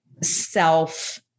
self